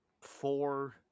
four